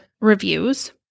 reviews